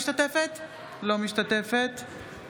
משתתפת בהצבעה